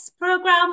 program